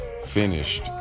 finished